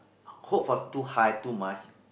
hope for too high too much